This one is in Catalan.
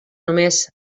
només